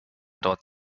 dort